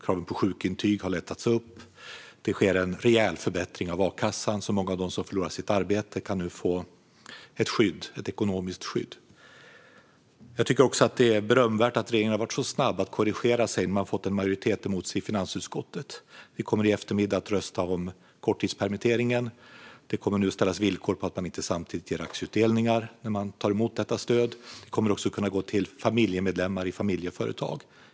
Kravet på sjukintyg har lättats upp. Det sker en rejäl förbättring av a-kassan, så att många av dem som förlorar sitt arbete nu kan få ett ekonomiskt skydd. Jag tycker också att det är berömvärt att regeringen har varit så snabb med att korrigera sig när de fick en majoritet emot sig i finansutskottet. Vi kommer i eftermiddag att rösta om korttidspermitteringen. Det kommer nu att ställas villkor om att man när man tar emot detta stöd inte samtidigt ger aktieutdelningar. Stödet kommer också att kunna gå till familjemedlemmar i familjeföretag.